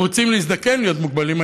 או רוצים להזדקן ולהיות מוגבלים,